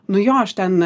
nu jo aš ten